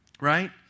right